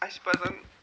اَسہِ پَزن